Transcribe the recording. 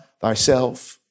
thyself